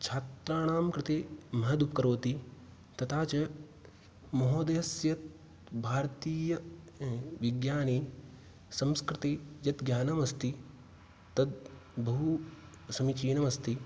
छात्राणां कृते महदुपकरोति तथाच महोदयस्य भारतीय विज्ञाने संस्कृते यत् ज्ञानम् अस्ति तद् बहु समीचीनमस्ति